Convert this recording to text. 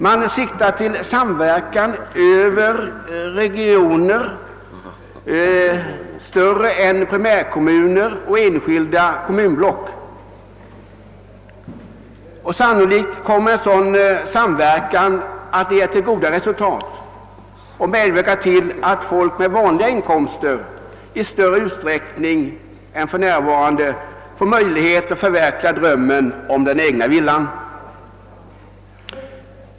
Man siktar till samverkan över större regioner än primärkommuner och enskilda kommunblock. Sannolikt kommer en sådan samverkan att leda till goda resultat och medverka till att folk med vanliga inkomster i större utsträckning än för närvarande får möjlighet att förverkliga drömmen om den egna villan.